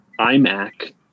iMac